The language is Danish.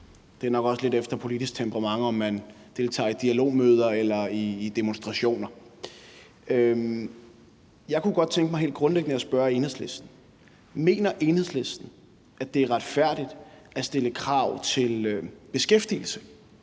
Det er nok også lidt efter politisk temperament, om man deltager i dialogmøder eller i demonstrationer. Jeg kunne godt tænke mig helt grundlæggende at stille Enhedslisten et spørgsmål: Mener Enhedslisten, at det er retfærdigt at stille krav til beskæftigelse